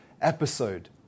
episode